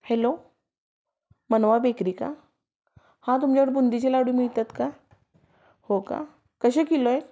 hello Manva bakery का हां तुमच्याकडं बुंदीचे लाडू मिळतात का हो का कसे किलो आहे